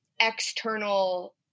external